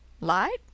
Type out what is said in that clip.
Light